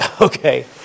Okay